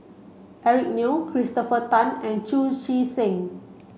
Eric Neo Christopher Tan and Chu Chee Seng